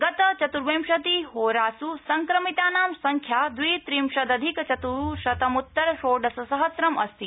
गत चत्र्विंशति होरास् संक्रमितानां संख्या द्वित्रिंशदधिक चत्शतमृत्तर षोडश सहस्रम् अस्ति